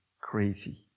crazy